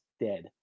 dead